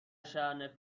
شأن